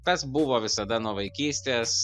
tas buvo visada nuo vaikystės